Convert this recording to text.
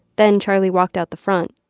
then charlie walked out the front,